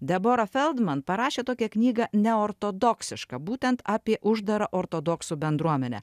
debora feldman parašė tokią knygą neortodoksiška būtent apie uždarą ortodoksų bendruomenę